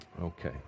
Okay